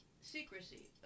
secrecy